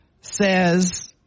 says